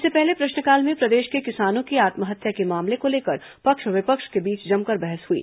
इससे पहले प्रश्नकाल में प्रदेश में किसानों की आत्महत्या के मामले को लेकर पक्ष विपक्ष के बीच जमकर बहस हुई